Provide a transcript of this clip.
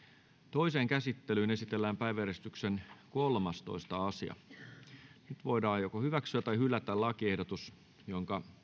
toiseen käsittelyyn esitellään päiväjärjestyksen kolmastoista asia nyt voidaan hyväksyä tai hylätä lakiehdotus jonka